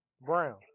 Brown